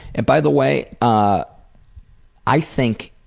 and, by the way, ah i think